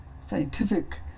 scientific